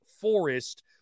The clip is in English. Forest